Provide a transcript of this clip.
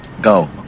go